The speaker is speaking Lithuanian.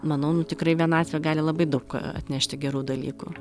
manau nu tikrai vienatvė gali labai daug atnešti gerų dalykų